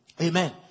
Amen